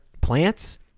plants